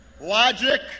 logic